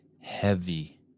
heavy